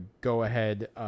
go-ahead